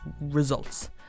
results